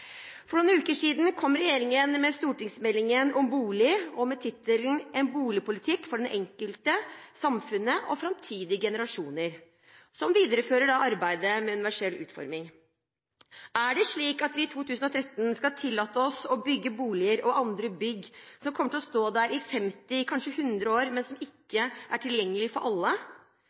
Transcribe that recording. For noen uker siden kom regjeringen med stortingsmeldingen om bolig med undertittelen «Ein bustadpolitikk for den einskilde, samfunnet og framtidige generasjonar», som viderefører arbeidet med universell utforming. Er det slik at vi i 2013 skal tillate oss å bygge boliger og andre bygg som kommer til å stå der i 50 år – kanskje 100 – men som ikke er tilgjengelige for alle?